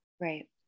Right